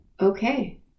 Okay